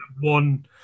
one